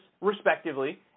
respectively